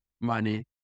money